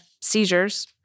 seizures